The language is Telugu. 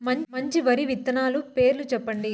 మంచి వరి విత్తనాలు పేర్లు చెప్పండి?